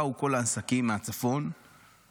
באו כל העסקים מהצפון,